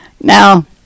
Now